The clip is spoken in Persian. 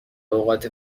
اوقات